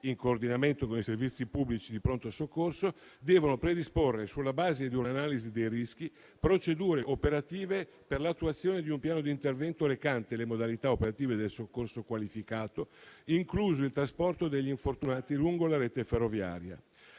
in coordinamento con i servizi pubblici di pronto soccorso, devono predisporre, sulla base di un'analisi dei rischi, procedure operative per l'attuazione di un piano di intervento recante le modalità operative del soccorso qualificato, incluso il trasporto degli infortunati lungo la rete ferroviaria.